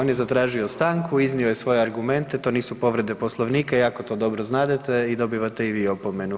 On je zatražio tanku, iznio je svoje argumente to nisu povrede Poslovnika i jako to dobro znadete i dobivate i vi opomenu.